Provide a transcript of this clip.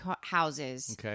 houses